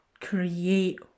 create